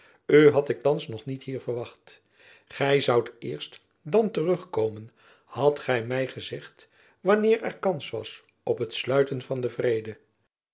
u had ik thands nog niet hier verwacht gy zoudt eerst dan terug komen hadt gy my gezegd wanneer er kans was op het sluiten van den vrede